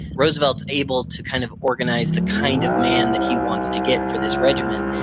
roosevelt's able to kind of organize the kind of man that he wants to get for this regiment,